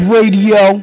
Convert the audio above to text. Radio